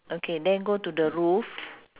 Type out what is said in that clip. okay then go to the roof